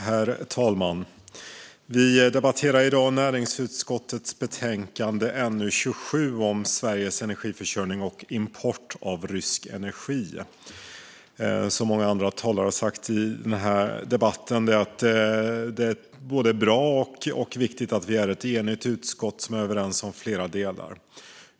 Herr talman! Vi debatterar i dag näringsutskottets betänkande NU27 om Sveriges energiförsörjning och import av rysk energi. Som många talare redan sagt i debatten är det både bra och viktigt att vi är ett enigt utskott som är överens om flera delar.